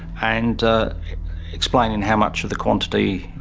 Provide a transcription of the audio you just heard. and explaining how much of the quantity,